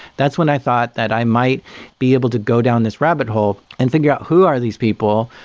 that's when i thought that i might be able to go down this rabbit hole and figure out who are these people?